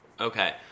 Okay